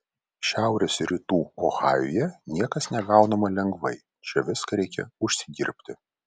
šiaurės rytų ohajuje niekas negaunama lengvai čia viską reikia užsidirbti